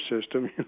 system